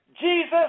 Jesus